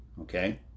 Okay